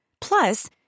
Plus